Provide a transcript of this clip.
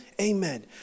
Amen